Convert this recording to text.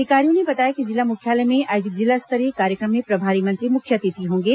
अधिकारियों ने बताया कि जिला मुख्यालय में आयोजित जिला स्तरीय कार्यक्रम में प्रभारी मंत्री मुख्य अतिथि होंगे